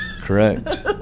Correct